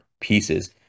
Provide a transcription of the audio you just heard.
pieces